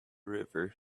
river